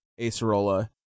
Acerola